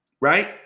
right